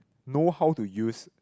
know how to use